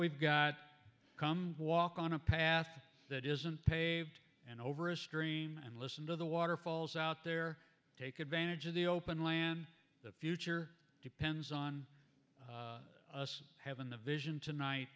we've got come walk on a path that isn't paved and over a stream and listen to the waterfalls out there take advantage of the open land the future depends on us having the vision tonight